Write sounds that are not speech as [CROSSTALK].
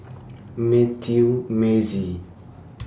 Mathew Mazie [NOISE]